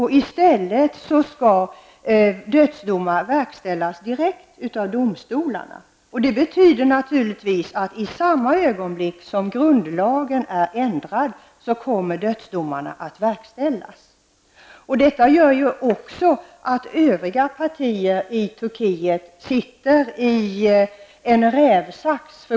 I stället skall dödsdomar verkställas direkt av domstolarna. Det betyder naturligtvis att dödsdomarna kommer att verkställas i samma ögonblick som grundlagen har ändrats. Detta gör också att övriga partier i Turkiet sitter i en rävsax.